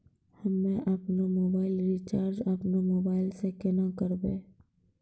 हम्मे आपनौ mobile recharge आपनौ मोबाइल से केना करवै?